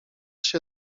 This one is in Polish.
się